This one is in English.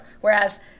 whereas